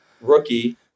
rookie